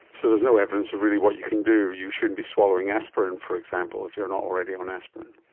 so there's no evidence of really what you can do? you shouldn't be swallowing aspirin, for example, if you are not already on aspirin?